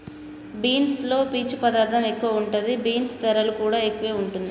beans లో పీచు పదార్ధం ఎక్కువ ఉంటది, బీన్స్ ధరలు కూడా ఎక్కువే వుంటుంది